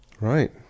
Right